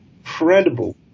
incredible